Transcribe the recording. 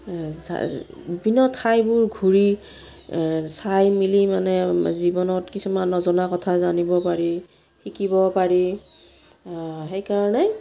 বিভিন্ন ঠাইবোৰ ঘূৰি চাই মিলি মানে জীৱনত কিছুমান নজনা কথা জানিব পাৰি শিকিব পাৰি সেইকাৰণে